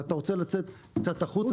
אתה רוצה לצאת קצת החוצה.